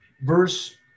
verse